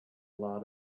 lot